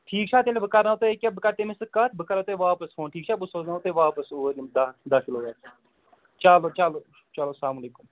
ٹھیٖک چھا تیٚلہِ بہٕ کرناوَو تۄہہِ ییٚکیٛاہ بہٕ کَرٕ تٔمِس سۭتۍ کَتھ بہٕ کَرو تۄہہِ واپَس فون ٹھیٖک چھا بہٕ سوزناوَو تۄہہِ واپس اوٗرۍ یِم داہ داہ کِلوٗ چلو چلو چلو السلام علیکُم